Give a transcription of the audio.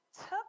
took